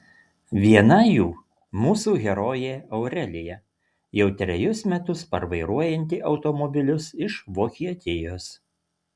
viena jų mūsų herojė aurelija jau trejus metus parvairuojanti automobilius iš vokietijos